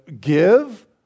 give